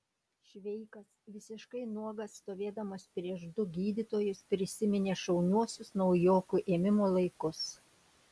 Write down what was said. šveikas visiškai nuogas stovėdamas prieš du gydytojus prisiminė šauniuosius naujokų ėmimo laikus